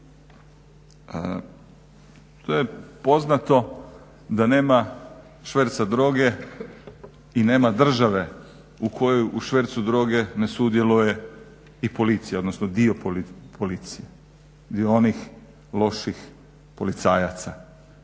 To je poznato da nema šverca droge i nema države u koju u švercu droge ne sudjeluje i policija, odnosno dio policije, dio onih loših policajaca